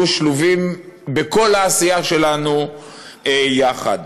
יהיו שלובים בכל העשייה שלנו יחד.